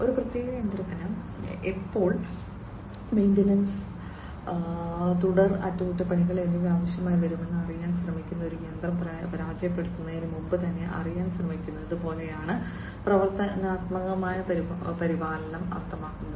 ഒരു പ്രത്യേക യന്ത്രത്തിന് എപ്പോൾ മെയിന്റനൻസ് തുടർ അറ്റകുറ്റപ്പണികൾ എന്നിവ ആവശ്യമായി വരുമെന്ന് അറിയാൻ ശ്രമിക്കുന്ന ഒരു യന്ത്രം പരാജയപ്പെടുന്നതിന് മുമ്പ് തന്നെ അറിയാൻ ശ്രമിക്കുന്നത് പോലെയാണ് പ്രവചനാത്മക പരിപാലനം അർത്ഥമാക്കുന്നത്